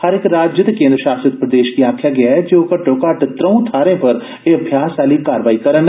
हर इक राज्य ते केन्द्र शासित प्रदेश गी आखेआ गेआ हा जे ओह् घट्टोघट्ट त्रौं थाह्रें पर एह् अभ्यास आह्ली एह् कार्रवाई करन